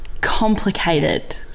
complicated